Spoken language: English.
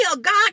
God